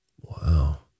Wow